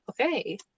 Okay